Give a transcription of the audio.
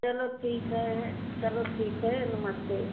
चलो ठीक है है चलो ठीक है नमस्ते